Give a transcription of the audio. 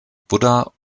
buddha